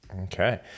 Okay